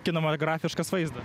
kinamagrafiškas vaizdas